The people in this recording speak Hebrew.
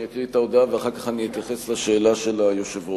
אני אקרא את ההודעה ואחר כך אני אתייחס לשאלה של היושב-ראש.